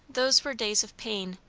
those were days of pain,